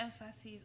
emphasis